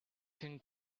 can